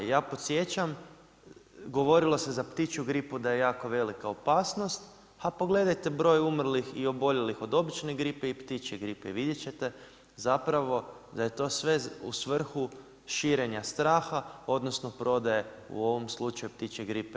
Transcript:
Ja podsjećam, govorilo se za ptičju gripu da je jako velika opasnost, a pogledajte broj umrlih i oboljelih od obične gripe i ptičje gripe i vidjet ćete zapravo da je to sve u svrhu širenja straha odnosno prodaje u ovom slučaju ptičje gripe cjepiva.